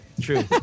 true